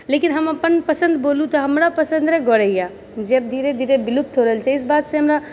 लेकिन हम अपन पसन्द बोलू तऽ हमरा पसन्द रहऽ गोरैया जे आब धीरे धीरे विलुप्त हो रहल छै इस बात से हमरा